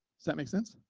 does that makes sense?